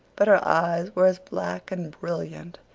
but her eyes were as black and brilliant,